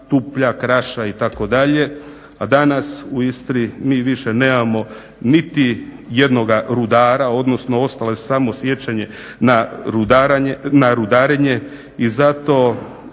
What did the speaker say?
Tuplja, Kraša itd. a danas u Istri mi više nemamo niti jednog rudara, odnosno ostalo je samo sjećanje na rudarenje i zato